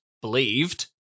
believed